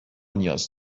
نیاز